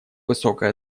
высокой